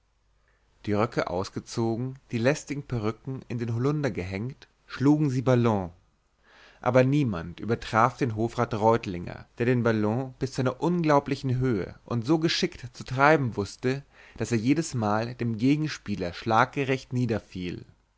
die röcke ausgezogen die lästigen perücken in den holunder gehängt schlugen sie ballon aber niemand übertraf den hofrat reutlinger der den ballon bis zu einer unglaublichen höhe und so geschickt zu treiben wußte daß er jedesmal dem gegenspieler